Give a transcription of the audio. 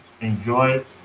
Enjoy